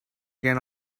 can